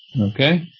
okay